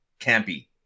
campy